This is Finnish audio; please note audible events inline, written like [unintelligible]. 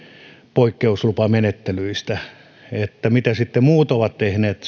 poikkeuslupamenettelyistä se mitä sitten muut ovat tehneet [unintelligible]